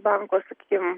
banko sakykim